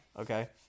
Okay